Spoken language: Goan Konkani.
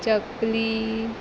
चकली